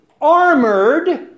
armored